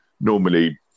normally